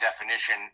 definition